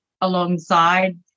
alongside